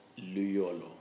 Luyolo